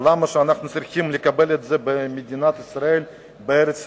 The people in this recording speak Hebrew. למה אנחנו צריכים לקבל את זה במדינת ישראל ובארץ-ישראל,